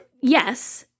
yes